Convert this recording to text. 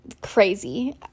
crazy